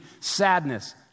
sadness